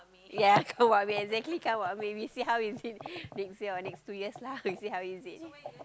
ya we exactly count what when we see how is it next year or next two years lah we see how is it